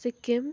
Sikkim